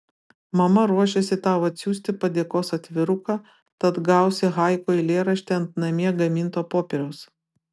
mama ruošiasi tau atsiųsti padėkos atviruką tad gausi haiku eilėraštį ant namie gaminto popieriaus